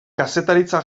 kazetaritza